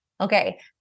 Okay